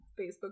Facebook